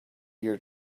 your